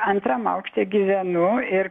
antram aukšte gyvenu ir